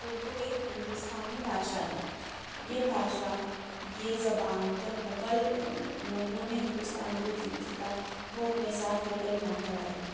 اُردو ایک ہندوستانی بھاشا ہے یہ بھاشا یہ زبان جب مغل مغلوں نے ہندوستان کو جیت جیتا وہ اپنے ساتھ لے کر یہاں پر آئے